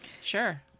sure